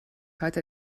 heute